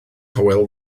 hywel